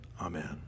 Amen